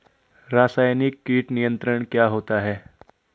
रसायनिक कीट नियंत्रण क्या होता है?